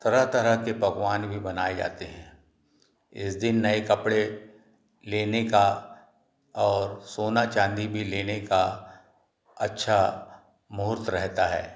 तरह तरह के पकवान भी बनाएँ जाते हैं इस दिन नए कपड़े लेने का और सोना चांदी भी लेने का अच्छा महूर्त रहता है